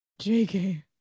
JK